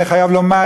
אני חייב לומר,